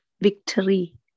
victory